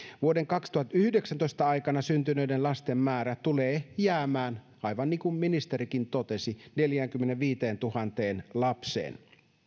vuoden kaksituhattayhdeksäntoista aikana syntyneiden lasten määrä tulee jäämään aivan niin kuin ministerikin totesi neljäänkymmeneenviiteentuhanteen lapseen